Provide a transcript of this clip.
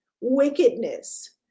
wickedness